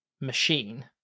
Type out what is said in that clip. machine